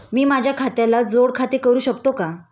मी माझ्या खात्याला जोड खाते करू शकतो का?